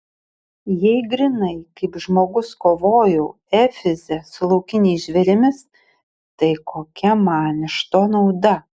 jei grynai kaip žmogus kovojau efeze su laukiniais žvėrimis tai kokia man iš to nauda